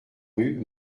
rue